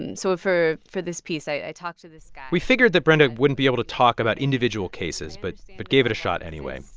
and so for for this piece, i talked to this guy. we figured that brenda wouldn't be able to talk about individual cases but but gave it a shot anyway.